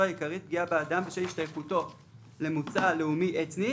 העיקרית פגיעה באדם בשל השתייכותו למוצא לאומי אתני,